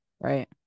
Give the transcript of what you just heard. right